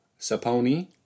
Saponi